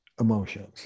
emotions